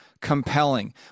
compelling